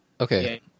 Okay